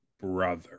brother